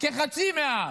כחצי מהעם,